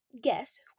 guess